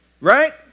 Right